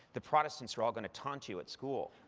the protestants are all going to taunt you at school.